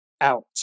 out